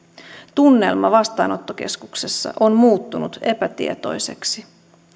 tunnelma vastaanottokeskuksessa on muuttunut epätietoiseksi